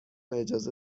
اجازه